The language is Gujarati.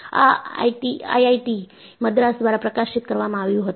આ આઈઆઈટી મદ્રાસ દ્વારા પ્રકાશિત કરવામાં આવ્યું હતું